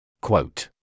Quote